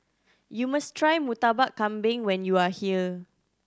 you must try Murtabak Kambing when you are here